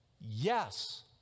yes